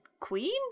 queen